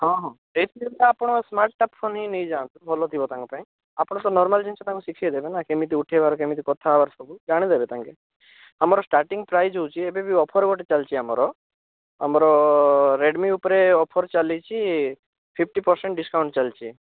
ହଁ ହଁ ଏଇଥିରେ ପରା ଆପଣ ସ୍ମାର୍ଟଟା ଫୋନ ହିଁ ନେଇ ଯାଆନ୍ତୁ ଭଲ ଥିବ ତାଙ୍କ ପାଇଁ ଆପଣ ସବୁ ନର୍ମାଲ୍ ଜିନିଷ ଶିଖାଇ ଦେବେନା କେମିତି ଉଠାଇବାର କେମିତି କଥା ହେବାର ସବୁ ଜାଣି ଦେବେ ତାଙ୍କେ ଆମର ଷ୍ଟାର୍ଟିଙ୍ଗ ପ୍ରାଇସ୍ ହେଉଛି ଏବେବି ଅଫର୍ ଗୋଟେ ଚାଲିଛି ଆମର ଆମର ରେଡ଼ମି ଉପରେ ଅଫର୍ ଚାଲିଛି ଫିଫଟି ପରସେଣ୍ଟ ଡିସକାଉଣ୍ଟ ଚାଲିଛି